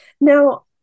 Now